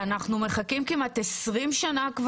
אנחנו מחכים כמעט 20 שנים,